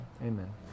Amen